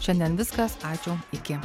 šiandien viskas ačiū iki